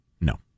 No